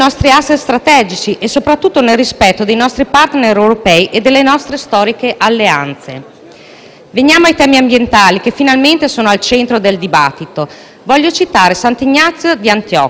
Veniamo ai temi ambientali, che finalmente sono al centro del dibattito. Voglio citare Sant'Ignazio di Antiochia, che ci dice: «Si educa molto con quello che si dice, ancor più con quel che si fa,